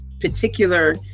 particular